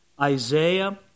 Isaiah